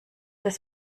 das